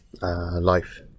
Life